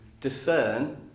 discern